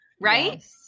right